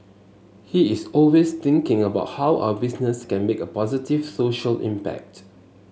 he is always thinking about how our business can make a positive social impact